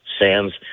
Sands